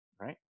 Right